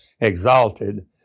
exalted